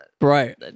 Right